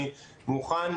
אני מוכן,